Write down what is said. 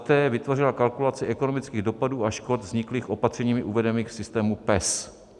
t) vytvořila kalkulaci ekonomických dopadů a škod vzniklých opatřeními uvedenými v systému PES.